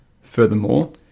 Furthermore